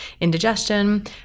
indigestion